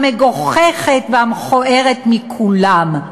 המגוחכת והמכוערת מכולם.